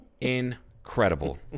incredible